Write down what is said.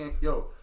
Yo